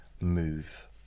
move